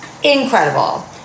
Incredible